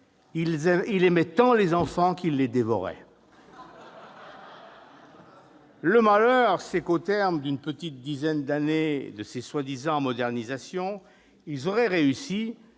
il aimait tant les enfants qu'il les dévorait. Le malheur, c'est que, au terme d'une petite dizaine d'années de ces prétendues modernisations, ils auraient réussi,